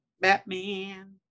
Batman